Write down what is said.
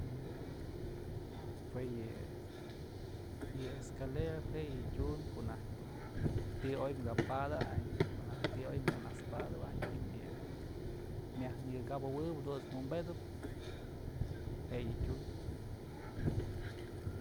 Jue yë, yë escalera jue yë tyumbyë konajtyë dun ti'i oy ka padayn ko'o naj ti'i oy kanaspadawayn ji'im yë myaj nënyëkabëwëb jadunt's wi'inbëdëp je'e yë tyumbë.